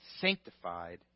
sanctified